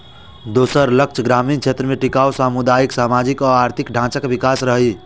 दोसर लक्ष्य ग्रामीण क्षेत्र मे टिकाउ सामुदायिक, सामाजिक आ आर्थिक ढांचाक विकास रहै